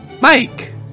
Mike